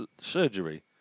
surgery